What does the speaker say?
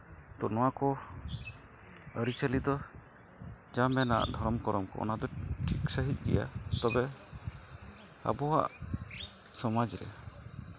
ᱛᱳ ᱱᱚᱣᱟᱠᱚ ᱟᱹᱨᱤᱪᱟᱹᱞᱤ ᱫᱚ ᱡᱟᱦᱟᱸ ᱢᱮᱱᱟᱜ ᱫᱷᱚᱨᱚᱢ ᱠᱚᱨᱚᱢ ᱠᱚ ᱚᱱᱟᱫᱚ ᱴᱷᱤᱠ ᱥᱟᱺᱦᱤᱡ ᱜᱮᱭᱟ ᱛᱚᱵᱮ ᱟᱵᱚᱣᱟᱜ ᱥᱚᱢᱟᱡᱽ ᱨᱮ